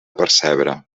percebre